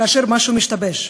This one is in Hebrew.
כאשר משהו משתבש,